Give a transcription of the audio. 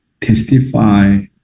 Testify